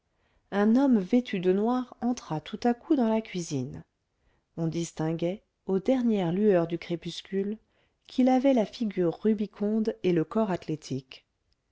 un homme vêtu de noir entra tout à coup dans la cuisine on distinguait aux dernières lueurs du crépuscule qu'il avait la figure rubiconde et le corps athlétique